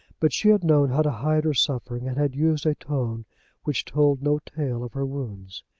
but she had known how to hide her suffering, and had used a tone which told no tale of her wounds.